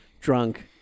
drunk